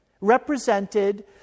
represented